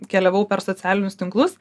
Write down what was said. keliavau per socialinius tinklus